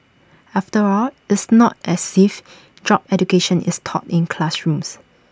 after all it's not as if job education is taught in classrooms